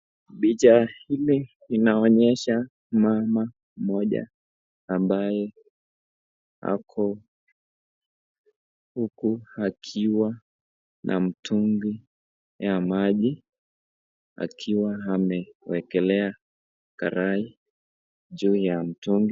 Picha hili inaonyesha mama mmoja ambaye ako huku akiwa na mtungi ya maji akiwa amewekelea karai juu ya mtungi.